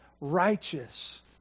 righteous